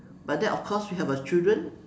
but then of course we have our children